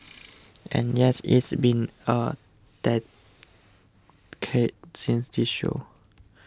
and yes it's been a decade since this show